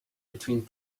between